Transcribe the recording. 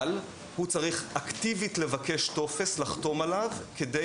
אבל הוא צריך אקטיבית לבקש טופס לחתום עליו כדי